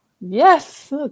yes